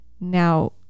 Now